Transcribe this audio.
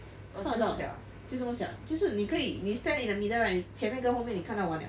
看很小就这么小就是你可以你 stand in the middle right 你前面跟后面你看到完 liao